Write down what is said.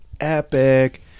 Epic